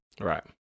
Right